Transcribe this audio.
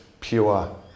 pure